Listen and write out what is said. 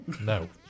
No